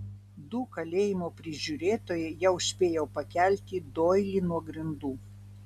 du kalėjimo prižiūrėtojai jau spėjo pakelti doilį nuo grindų